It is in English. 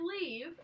leave